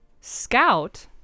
Scout